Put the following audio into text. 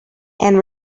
and